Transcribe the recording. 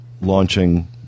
launching